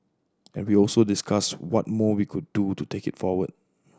and we also discussed what more we could do to take it forward